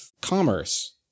commerce